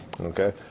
Okay